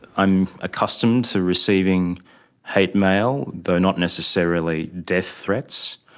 i'm accustomed to receiving hate mail though not necessarily death threats.